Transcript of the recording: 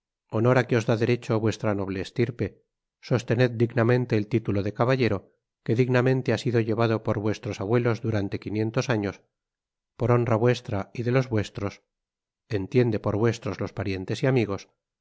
honor á que os da derecho vuestra noble estirpe sostened dignamente el titulo de caballero que dignamente ha sido llevado por vuestros abuelos durante quinientos años por honra vuestra y de los vuestros entiende por vuestros los parientes amigosde